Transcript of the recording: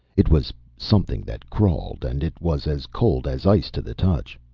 it was something that crawled, and it was as cold as ice to the touch.